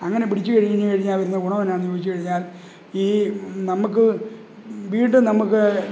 അങ്ങനെ പിടിച്ചു കഴിഞ്ഞു കഴിഞ്ഞാൽ വരുന്ന ഗുണം എന്നാന്ന് ചോദിച്ചു കഴിഞ്ഞാല് ഈ നമുക്ക് വീണ്ടും നമുക്ക്